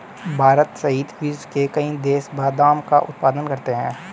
भारत सहित विश्व के कई देश बादाम का उत्पादन करते हैं